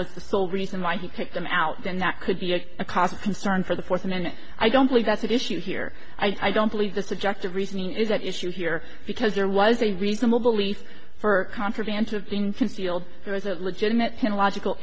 was the sole reason why he kicked them out then that could be a cause of concern for the fourth amendment i don't believe that's the issue here i don't believe the subjective reasoning is at issue here because there was a reasonable belief for contraband to being concealed it was a legitimate in a logical